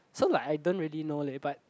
so like I don't really know leh but